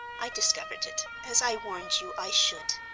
i discovered it, as i warned you i should.